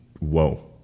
Whoa